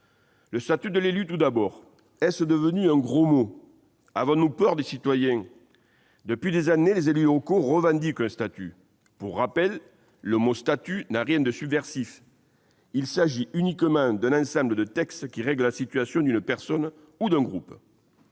Le « statut de l'élu » est-il devenu un gros mot ? Avons-nous peur des citoyens ? Depuis des années, les élus locaux revendiquent un statut. Pour rappel, ce terme n'a rien de subversif ! Il s'agit uniquement d'un ensemble de textes qui règlent la situation d'une personne ou d'un groupe.